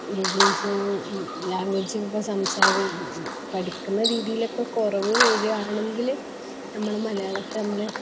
ഇംഗ്ലീഷും ലാംഗ്വേജുമൊക്കെ പഠിക്കുന്ന രീതിയിലൊക്കെ കുറവ് വരികയാണെങ്കില് നമ്മുടെ മലയാളത്തെ നമ്മള്